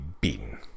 beaten